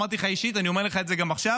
אמרתי לך אישית, אני אומר לך גם עכשיו.